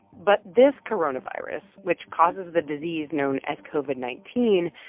but this coronavirus, which causes the disease known as covid nineteen,